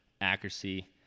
accuracy